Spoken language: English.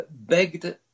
begged